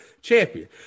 champion